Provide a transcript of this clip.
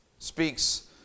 speaks